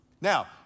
Now